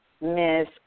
Miss